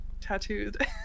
tattooed